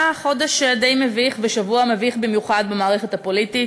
היה חודש די מביך ושבוע מביך במיוחד במערכת הפוליטית,